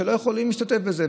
שלא יכולים להשתתף בזה.